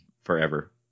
Forever